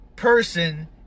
Person